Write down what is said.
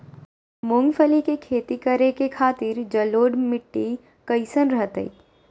मूंगफली के खेती करें के खातिर जलोढ़ मिट्टी कईसन रहतय?